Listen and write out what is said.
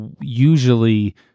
usually